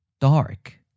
dark